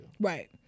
Right